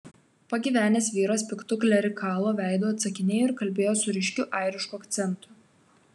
pagyvenęs vyras piktu klerikalo veidu atsakinėjo ir kalbėjo su ryškiu airišku akcentu